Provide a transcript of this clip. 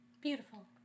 Beautiful